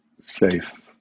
safe